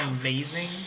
amazing